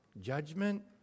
judgment